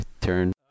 turn